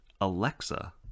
Alexa